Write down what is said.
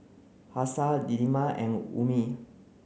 Hafsa Delima and Ummi